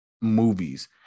movies